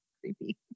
Creepy